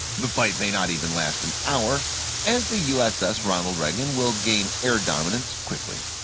the fight may not even last an hour as the uss ronald reagan will gain air dominance quickly.